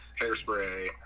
hairspray